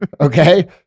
Okay